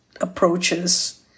approaches